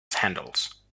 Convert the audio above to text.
handles